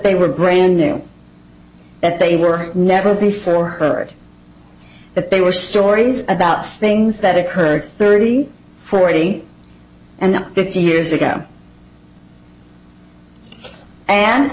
they were brand new that they were never before heard that they were stories about things that occurred thirty forty and fifty years ago and